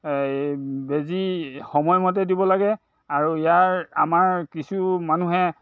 বেজি সময়মতে দিব লাগে আৰু ইয়াৰ আমাৰ কিছু মানুহে